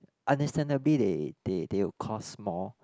understandably they they they would cost more